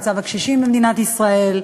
מצב הקשישים במדינת ישראל.